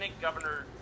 governor